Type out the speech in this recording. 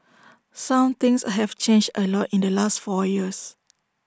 some things have changed A lot in the last four years